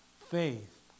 Faith